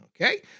okay